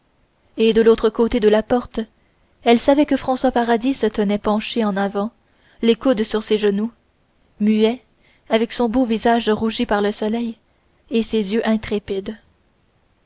et de l'autre côté de la porte elle savait que françois paradis se tenait penché en avant les coudes sur ses genoux muet avec son beau visage rougi par le soleil et ses yeux intrépides